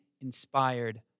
inspired